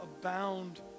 abound